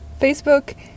facebook